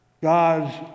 God's